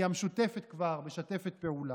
כי המשותפת כבר משתפת פעולה,